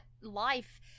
life